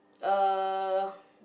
uh